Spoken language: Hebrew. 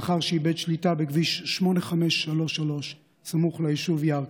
לאחר שאיבד שליטה בכביש 8533 סמוך לישוב ירכא.